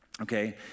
okay